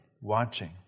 watching